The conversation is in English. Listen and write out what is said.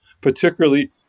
particularly